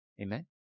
Amen